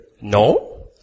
no